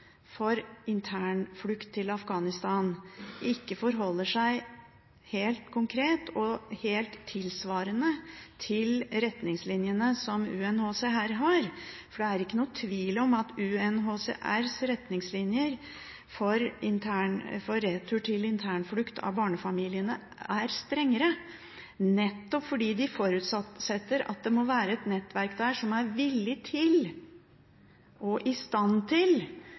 for internflukt i Afghanistan, ikke forholder seg helt konkret til og helt svarer til de retningslinjene som UNHCR har? Det er ikke noen tvil om at UNHCRs retningslinjer for retur av barnefamilier til internflukt er strengere, nettopp fordi de forutsetter at det må være et nettverk der som er villig til og i stand til